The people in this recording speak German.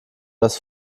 dass